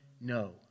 no